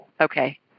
Okay